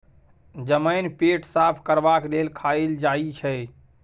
जमैन पेट साफ करबाक लेल खाएल जाई छै